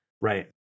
Right